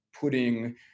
putting